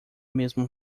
mesmo